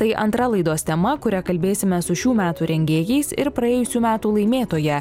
tai antra laidos tema kuria kalbėsime su šių metų rengėjais ir praėjusių metų laimėtoja